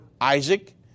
Isaac